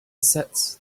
sets